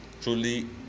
truly